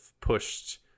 pushed